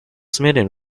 smitten